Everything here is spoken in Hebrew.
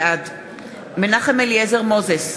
בעד מנחם אליעזר מוזס,